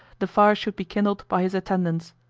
the fire should be kindled by his attendants.